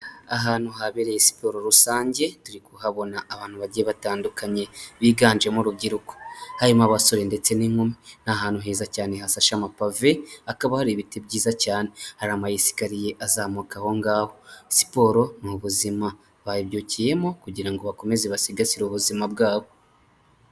Ahantu habereye siporo rusange turi kuhabona abantu bagiye batandukanye biganjemo urubyiruko harimo abasore ndetse n'inkumi. Ni ahantu heza cyane hasashe amapave, hakaba hari ibiti byiza cyane, hari amayisikariye azamuka aho ngaho. Siporo ni buzima bayibyukiyemo kugira bakomeze basigasire ubuzima bwabo.